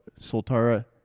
Soltara